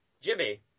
Jimmy